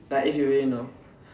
like you really know